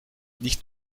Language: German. nicht